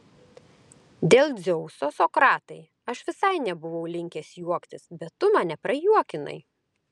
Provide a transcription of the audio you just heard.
dėl dzeuso sokratai aš visai nebuvau linkęs juoktis bet tu mane prajuokinai